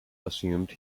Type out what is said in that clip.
assumed